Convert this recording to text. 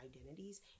identities